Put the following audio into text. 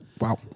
Wow